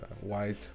white